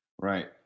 right